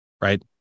right